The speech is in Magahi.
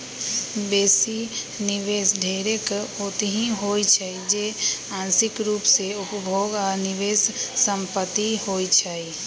बेशी निवेश ढेरेक ओतहि होइ छइ जे आंशिक रूप से उपभोग आऽ निवेश संपत्ति होइ छइ